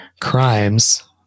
crimes